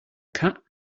cat